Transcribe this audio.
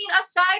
aside